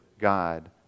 God